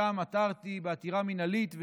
ששם עתרתי בעתירה מינהלית,